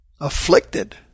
afflicted